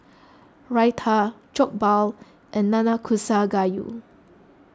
Raita Jokbal and Nanakusa Gayu